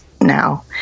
now